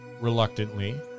Reluctantly